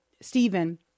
Stephen